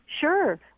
sure